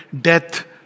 death